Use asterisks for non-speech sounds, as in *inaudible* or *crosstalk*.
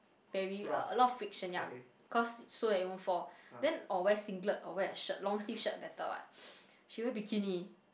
very uh a lot of friction ya cause so that you won't fall then or wear singlet or wear a shirt long sleeve shirt better what *noise* she wear bikini